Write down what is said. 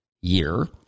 year